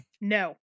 No